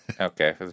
okay